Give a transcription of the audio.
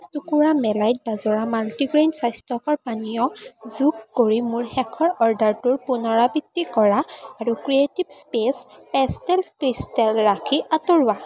পাঁচ টুকুৰা মেলাইট বাজৰা মাল্টিগ্ৰেইন স্বাস্থ্যকৰ পানীয় যোগ কৰি মোৰ শেষৰ অৰ্ডাৰটোৰ পুনৰাবৃত্তি কৰা আৰু creative space pastel crystal rakhi আঁতৰোৱা